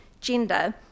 gender